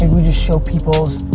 and we just show peoples,